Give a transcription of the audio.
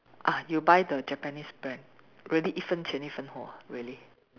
ah you buy the Japanese brand really 一分钱一分货 really